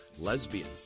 Lesbian